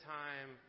time